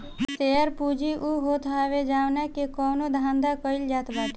share पूंजी उ होत हवे जवना से कवनो धंधा कईल जात बाटे